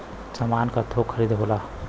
सामान क थोक खरीदी होला